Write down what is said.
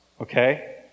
okay